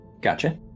gotcha